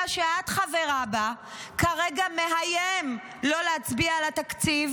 שאת חברה בה מאיים כרגע לא להצביע על התקציב